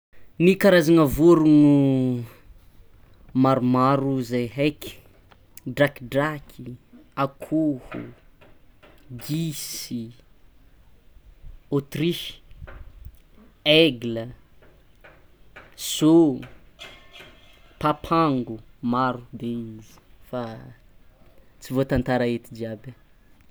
Ny karazana vorogno maromaro zay heky: drakidraky, akoho, gisy, ôtrisy, aigla, sogno, papango, maro be izy fa tsy voatantara eto jiaby.